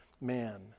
man